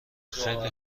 خیلی